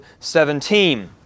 17